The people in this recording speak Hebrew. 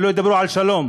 ולא ידברו על שלום.